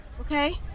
Okay